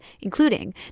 including